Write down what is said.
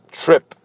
trip